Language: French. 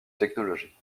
technologie